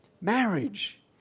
Marriage